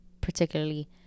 particularly